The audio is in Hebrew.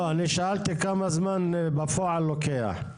לא, אני שאלתי כמה זמן בפועל לוקח?